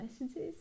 messages